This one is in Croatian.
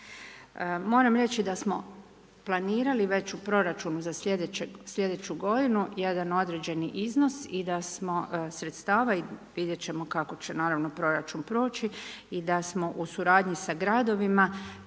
Moram reći da smo planirali već u proračunu za sljedeću g. jedan određeni iznos i da smo sredstava i vidjeti ćemo kako će naravno proračun proći i da smo u suradnji s gradovima,